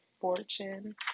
fortune